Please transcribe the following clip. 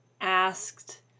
asked